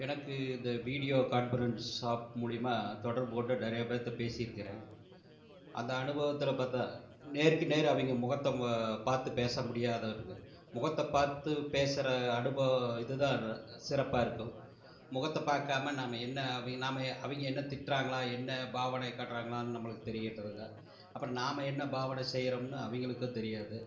எனக்கு இந்த video conference app மூலயமா தொடர்போடு நிறைய பேர்த பேசி இருக்கிறேன் அந்த அனுபவத்தில் பார்த்தா நேருக்கு நேர் அவங்க முகத்தை பார்த்து பேச முடியாதுங்க முகத்தை பார்த்து பேசுகிற அனுபவம் இதுதான் சிறப்பாக இருக்கும் முகத்தை பார்க்காம நம்ம என்ன நம்ம அவங்க என்ன திட்டுறாங்களா என்ன பாவனை காட்டுகிறாங்களான்னு நம்மளுக்கு தெரிகின்றதில் அப்புறம் நாம் என்ன பாவனை செய்றமுன்னு அவங்களுக்கும் தெரியாது